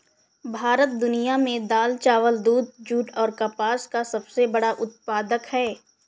भारत दुनिया में दाल, चावल, दूध, जूट और कपास का सबसे बड़ा उत्पादक है